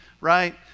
right